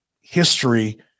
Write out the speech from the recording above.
history